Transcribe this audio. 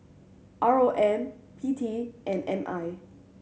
R O M P T and M I